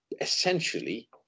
essentially